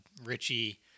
Richie